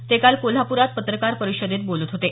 ते काल कोल्हापुरात पत्रकार परिषदेत बोलत होते